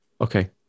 Okay